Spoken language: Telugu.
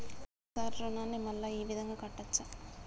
సార్ రుణాన్ని మళ్ళా ఈ విధంగా కట్టచ్చా?